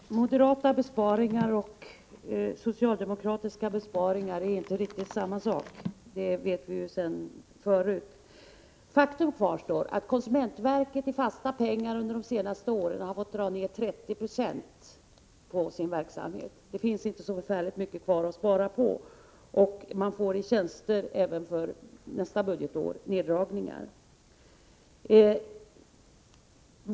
Herr talman! Moderata besparingar och socialdemokratiska besparingar är inte riktigt samma sak — det vet vi sedan tidigare. Faktum kvarstår — konsumentverket har under de senaste åren fått dra ned på sin verksamhet med 30 9 i fasta pengar. Det finns inte så förfärligt mycket kvar att spara på. Man får även för nästa budgetår neddragningar i tjänster.